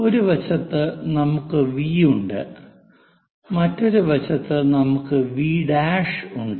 ഒരു വശത്ത് നമുക്ക് വി ഉണ്ട് മറ്റൊരു വശത്ത് നമുക്ക് വി' V' ഉണ്ട്